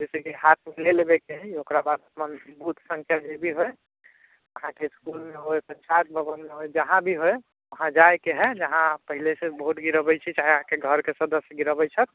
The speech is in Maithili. जइसे कि हाथमे लऽ लेबैके हइ ओकरा बाद बूथ सङ्ख्या जे भी होइ अहाँके इसकुलमे होइ पञ्चायत भवनमे होइ जहाँ भी होइ वहाँ जाइके हइ जहाँ पहिलेसँ वोट गिरबै छी चाहे अहाँके घरके सदस्य गिराबै छथि